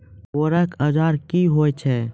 बोरेक औजार क्या हैं?